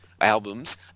albums